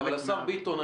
אבל השר ביטון,